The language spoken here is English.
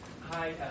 Hi